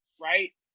right